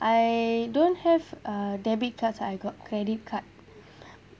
I don't have a debit cards I got credit card